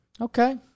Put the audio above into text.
Okay